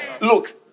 Look